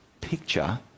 picture